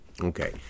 Okay